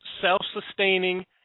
self-sustaining